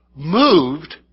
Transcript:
moved